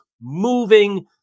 moving